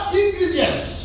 ingredients